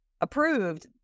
approved